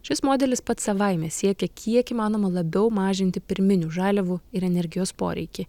šis modelis pats savaime siekia kiek įmanoma labiau mažinti pirminių žaliavų ir energijos poreikį